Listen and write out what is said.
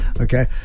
okay